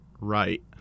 right